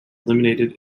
eliminated